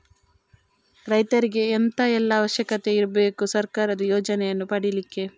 ರೈತರಿಗೆ ಎಂತ ಎಲ್ಲಾ ಅವಶ್ಯಕತೆ ಇರ್ಬೇಕು ಸರ್ಕಾರದ ಯೋಜನೆಯನ್ನು ಪಡೆಲಿಕ್ಕೆ?